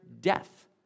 death